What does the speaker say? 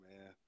man